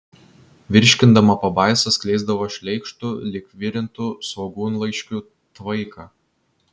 virškindama pabaisa skleisdavo šleikštų lyg virintų svogūnlaiškių tvaiką